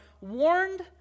warned